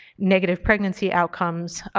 negative pregnancy outcomes.